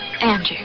Andrew